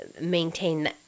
maintain